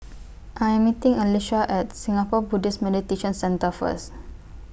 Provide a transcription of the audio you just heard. I Am meeting Alysha At Singapore Buddhist Meditation Centre First